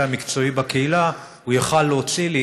המקצועי בקהילה הוא יוכל להוציא לי,